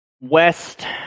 West